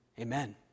Amen